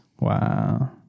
Wow